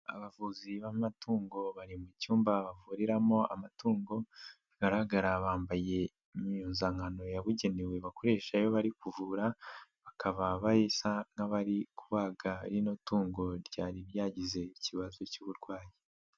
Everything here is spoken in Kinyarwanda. Abavuzi b'amatungo bari mu cyumba bavuriramo amatungo, bigaragara bambaye impuzankano yabugenewe bakoresha iyo bari kuvura, bakaba basa nk'abari kubaga rino tungo ryari ryagize ikibazo cy'uburwayi.